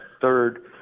third